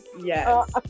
yes